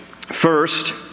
First